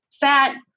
fat